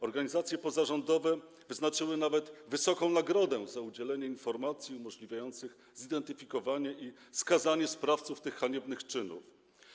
Organizacje pozarządowe wyznaczyły nawet wysoką nagrodę za udzielenie informacji umożliwiających zidentyfikowanie i skazanie sprawców tych haniebnych czynów.